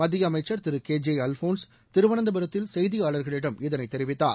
மத்திய அமைச்சர் திரு கே ஜே அல்போன்ஸ் திருவனந்தபுரத்தில் செய்தியாளர்களிடம் இதைத் தெரிவித்தார்